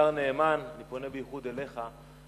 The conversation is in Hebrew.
השר נאמן, אני פונה בייחוד אליך.